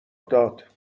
داد